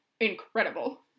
incredible